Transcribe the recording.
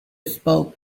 spoke